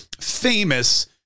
famous